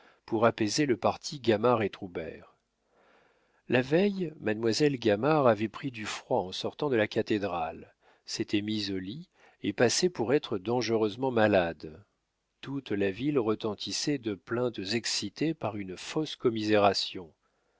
pour apaiser le parti gamard et troubert la veille mademoiselle gamard avait pris du froid en sortant de la cathédrale s'était mise au lit et passait pour être dangereusement malade toute la ville retentissait de plaintes excitées par une fausse commisération